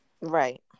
right